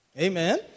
Amen